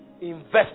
Invest